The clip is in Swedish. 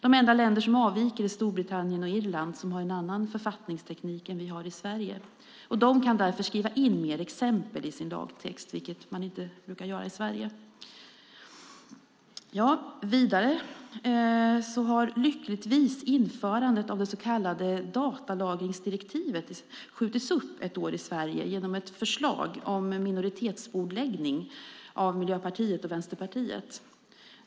De enda länder som avviker är Storbritannien och Irland, som har en annan författningsteknik än vi har i Sverige. De kan därför skriva in fler exempel i sin lagtext, vilket man inte brukar göra i Sverige. Vidare har lyckligtvis införandet av det så kallade datalagringsdirektivet skjutits upp ett år i Sverige genom ett förslag om minoritetsbordläggning av Miljöpartiet och Vänsterpartiet.